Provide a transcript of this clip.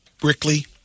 Brickley